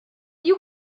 you